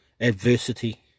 adversity